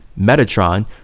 Metatron